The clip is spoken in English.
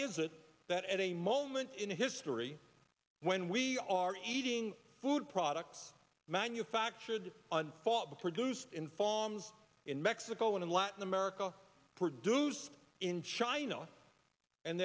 is it that at a moment in history when we are eating food products manufactured on the produce in farms in mexico and in latin america produced in china and